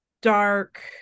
dark